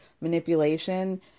manipulation